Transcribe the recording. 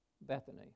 Bethany